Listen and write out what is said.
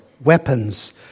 weapons